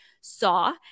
saw